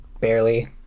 Barely